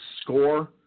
score